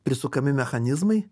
prisukami mechanizmai